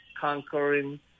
conquering